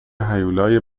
هیولای